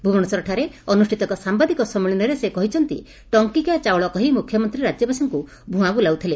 ଭୁବନେଶ୍ୱରଠାରେ ଅନୁଷିତ ଏକ ସାମ୍ଭାଦିକ ସ୍ମିଳନୀରେ ସେ କହିଛନ୍ତି ଯେ ଟଙ୍କିକିଆ ଚାଉଳ କହି ମୁଖ୍ୟମନ୍ତୀ ରାଜ୍ୟବାସୀଙ୍କୁ ଭ୍ରଆଁ ବୁଲାଉଥିଲେ